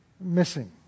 missing